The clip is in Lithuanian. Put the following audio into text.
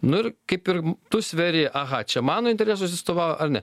nu ir kaip ir tu sveri aha čia mano interesus atstovauja ar ne